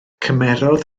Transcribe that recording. cymerodd